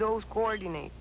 those coordinate